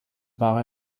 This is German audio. war